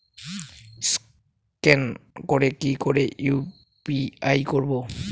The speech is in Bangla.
স্ক্যান করে কি করে ইউ.পি.আই করবো?